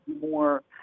more